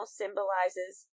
symbolizes